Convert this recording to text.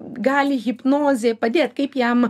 gali hipnozė padėt kaip jam